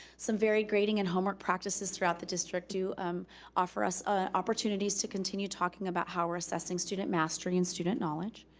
some varied grading and homework practices throughout the district do um offer us opportunities to continue talking about how we're assessing student mastery and student knowledge.